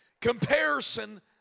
Comparison